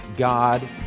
God